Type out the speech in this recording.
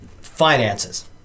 finances